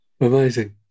Amazing